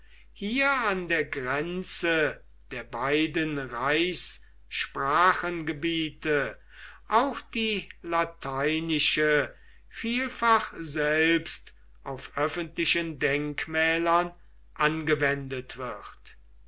hier an der grenze der beiden reichssprachengebiete auch die lateinische vielfach selbst auf öffentlichen denkmälern angewendet wird